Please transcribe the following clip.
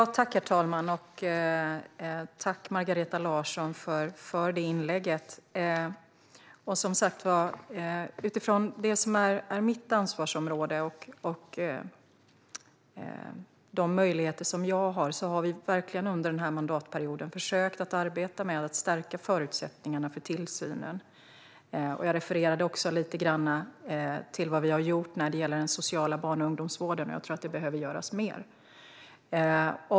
Herr talman! Tack, Margareta Larsson, för inlägget! Som sagt var har vi under den här mandatperioden, utifrån mitt ansvarsområde och de möjligheter jag har, verkligen försökt att arbeta med att stärka förutsättningarna för tillsynen. Jag refererade också lite grann till vad vi har gjort när det gäller den sociala barn och ungdomsvården, men jag tror att det behöver göras mer.